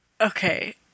okay